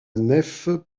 nef